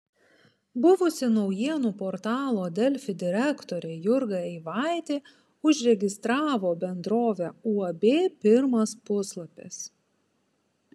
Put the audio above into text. buvusi naujienų portalo delfi direktorė jurga eivaitė užregistravo bendrovę uab pirmas puslapis